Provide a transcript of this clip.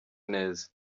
neza